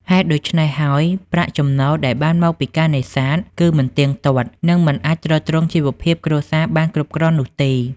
ហេតុដូច្នេះហើយ ប្រាក់ចំណូលដែលបានមកពីការនេសាទគឺមិនទៀងទាត់ និងមិនអាចទ្រទ្រង់ជីវភាពគ្រួសារបានគ្រប់គ្រាន់នោះទេ។